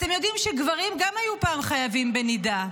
אתם יודעים שגברים גם היו פעם חייבים בנידה,